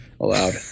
allowed